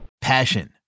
Passion